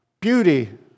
beauty